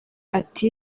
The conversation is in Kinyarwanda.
ati